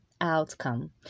outcome